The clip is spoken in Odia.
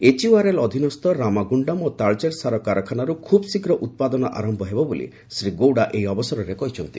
ଏଚ୍ୟୁଆର୍ଏଲ୍ ଅଧୀନସ୍ଥ ରାମାଗୁଣ୍ଡମ ଓ ତାଳଚେର ସାର କାରଖାନାରୁ ଖୁବ୍ ଶୀଘ୍ର ଉତ୍ପାଦନ ଆରୟ ହେବ ବୋଲି ଶ୍ରୀ ଗୌଡ଼ା ଏହି ଅବସରରେ କହିଚ୍ଚନ୍ତି